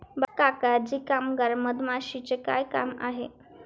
काका जी कामगार मधमाशीचे काय काम आहे